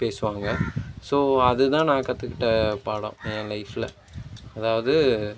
பேசுவாங்க ஸோ அதுதான் நான் கற்றுக்கிட்ட பாடம் என் லைஃப்பில் அதாவது